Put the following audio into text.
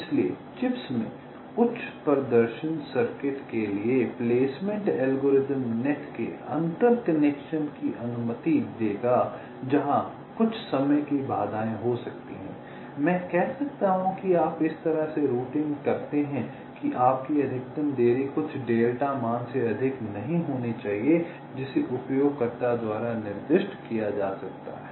इसलिए चिप्स में उच्च प्रदर्शन सर्किट के लिए प्लेसमेंट एल्गोरिदम नेट के अंतर कनेक्शन की अनुमति देगा जहां कुछ समय की बाधाएं हो सकती हैं मैं कह सकता हूं कि आप इस तरह से रूटिंग करते हैं कि आपकी अधिकतम देरी कुछ डेल्टा मान से अधिक नहीं होनी चाहिए जिसे उपयोगकर्ता द्वारा निर्दिष्ट किया जा सकता है